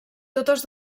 totes